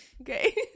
okay